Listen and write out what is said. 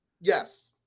Yes